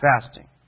fasting